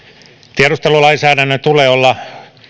tiedustelulainsäädännön tulee olla